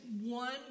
one